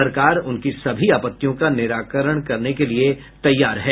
सरकार उनकी सभी आपत्तियों का निराकरण करने के लिए तैयार है